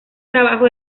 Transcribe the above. trabajo